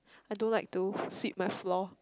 I don't like to sweep my floor